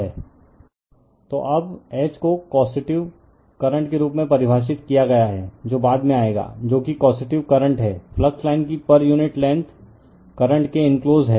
refer slide time 0413 तो अब H को कोसटिव करंट के रूप में परिभाषित किया गया है जो बाद में आएगा जो कि कोसटिव करंट है फ्लक्स लाइन की पर यूनिट लेंग्थ करंट के इन्क्लोस है